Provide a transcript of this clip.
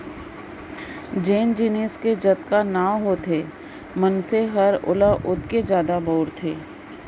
जेन जिनिस के जतका नांव होथे मनसे हर ओला ओतके जादा बउरथे